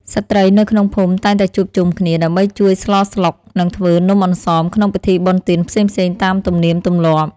ស្ត្រីនៅក្នុងភូមិតែងតែជួបជុំគ្នា ដើម្បីជួយស្លស្លុក និងធ្វើនំអន្សមក្នុងពិធីបុណ្យទានផ្សេងៗតាមទំនៀមទម្លាប់។